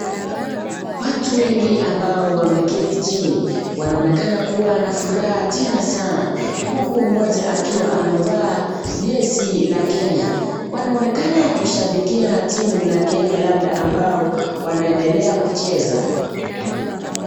Watu wengi ambao wameketi chini, wanaonekana kuwa na furaha tena sana huku mmoja akiwa amevaa jezi la Kenya. Wanaonekana kushambikia timu la Kenya labda ambao wanaendelea kucheza.